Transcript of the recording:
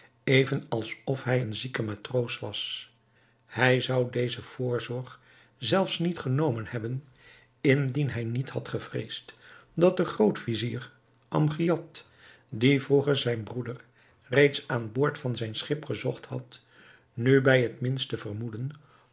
even alsof hij een zieke matroos was hij zou deze voorzorg zelfs niet genomen hebben indien hij niet had gevreesd dat de groot-vizier amgiad die vroeger zijn broeder reeds aan boord van zijn schip gezocht had nu bij het minste vermoeden